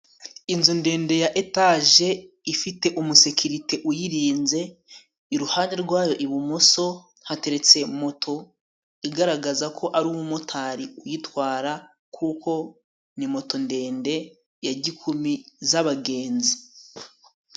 Inzu ndende ya etaje ifite umusekirite uyirinze. Iruhande rwayo ibumoso, hateretse moto igaragaza ko ari umumotari uyitwara. Kuko ni moto ndende ya gikumi y'abagenzi.